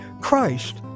Christ